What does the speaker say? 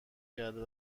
کرده